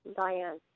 Diane